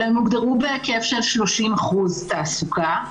אלא הוגדרו בהיקף של 30% תעסוקה.